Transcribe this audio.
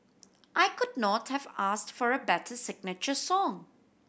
I could not have asked for a better signature song